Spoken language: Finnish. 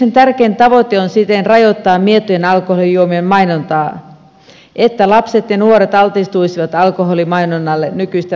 esityksen tärkein tavoite on siten rajoittaa mietojen alkoholijuomien mainontaa siten että lapset ja nuoret altistuisivat alkoholimainonnalle nykyistä vähemmän